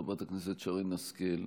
חברת הכנסת שרן השכל,